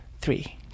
Three